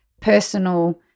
personal